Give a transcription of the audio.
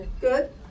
good